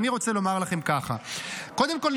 אני רוצה לומר לכם ככה: קודם כול,